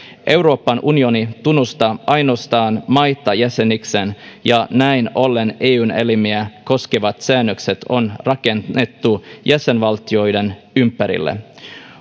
euroopan unioni tunnustaa ainoastaan maita jäsenikseen ja näin ollen eun elimiä koskevat säännökset on rakennettu jäsenvaltioiden ympärille